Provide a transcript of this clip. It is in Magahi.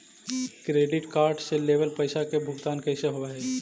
क्रेडिट कार्ड से लेवल पैसा के भुगतान कैसे होव हइ?